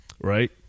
right